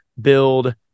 build